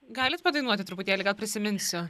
galit padainuoti truputėlį gal prisiminsiu